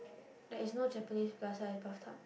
there is no Japanese plus sized bathtub